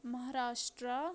Maharashtra